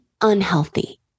unhealthy